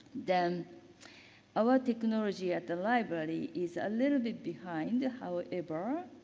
then our technology at the library is a little bit behind. however,